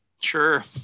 sure